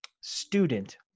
student